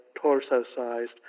torso-sized